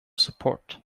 support